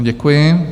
Děkuji.